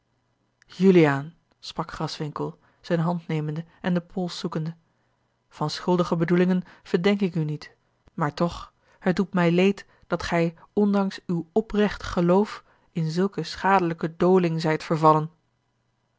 juliaan sprak graswinckel zijne hand nemende en den pols zoekende van schuldige bedoelingen verdenk ik u niet maar toch het doet mij leed dat gij ondanks uw oprecht geloof in zulke schadelijke doling zijt vervallen